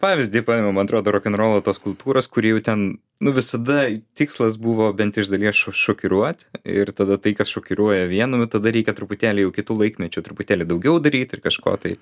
pavyzdį paėmiau man atrodo rokenrolo tos kultūros kuri jau ten nu visada tikslas buvo bent iš dalies šokiruot ir tada tai kas šokiruoja vienu tada reikia truputėlį jau kitu laikmečiu truputėlį daugiau daryt ir kažko tai